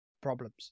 problems